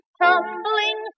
tumbling